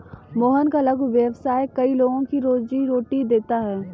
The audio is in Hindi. मोहन का लघु व्यवसाय कई लोगों को रोजीरोटी देता है